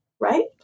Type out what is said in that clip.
right